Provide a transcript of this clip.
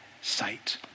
sight